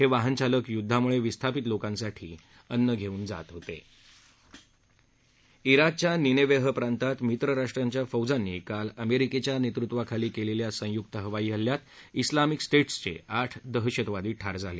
ह विहनचालक युद्धामुळ विस्थापित लोकांसाठी अन्न घळिन जात होत इराकच्या निनेवेह प्रांतात मित्र राष्ट्रांच्या फौजांनी काल अमेरिकेच्या नेतृत्वाखाली केलेल्या संयुक्त हवाई हल्ल्यात इस्लामिक स्ट्रांकाचे आठ दहशतवादी ठार झाले